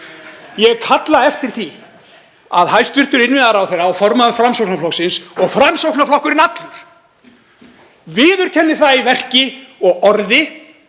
Ég kalla eftir því að hæstv. innviðaráðherra og formaður Framsóknarflokksins og Framsóknarflokkurinn allur viðurkenni það í verki og orði